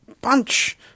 bunch